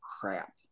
crap